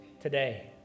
today